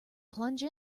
plunge